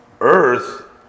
earth